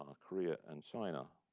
ah korea, and china.